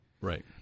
Right